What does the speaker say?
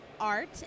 art